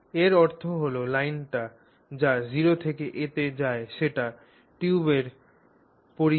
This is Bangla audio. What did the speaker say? এর অর্থ হল লাইনটা যা O থেকে A তে যায় সেটা টিউবের পরিধি